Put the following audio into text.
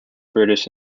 british